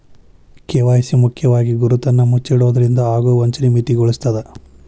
KYC ಮುಖ್ಯವಾಗಿ ಗುರುತನ್ನ ಮುಚ್ಚಿಡೊದ್ರಿಂದ ಆಗೊ ವಂಚನಿ ಮಿತಿಗೊಳಿಸ್ತದ